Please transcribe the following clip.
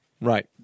Right